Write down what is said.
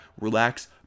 relax